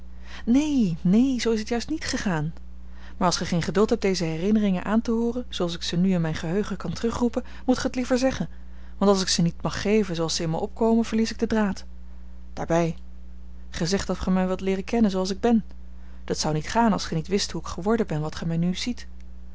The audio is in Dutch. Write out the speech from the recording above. neen neen zoo is het juist niet gegaan maar als gij geen geduld hebt deze herinneringen aan te hooren zooals ik ze nu in mijn geheugen kan terugroepen moet gij het liever zeggen want als ik ze niet mag geven zooals ze in mij opkomen verlies ik den draad daarbij gij zegt dat gij mij wilt leeren kennen zooals ik ben dat zou niet gaan als gij niet wist hoe ik geworden ben wat gij mij n ziet